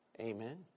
Amen